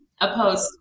Opposed